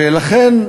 ולכן,